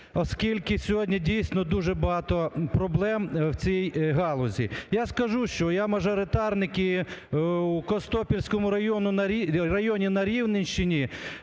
оскільки сьогодні, дійсно, дуже багато проблем в цій галузі. Я скажу, що я мажоритарник, і в Костопільському районі на Рівненщині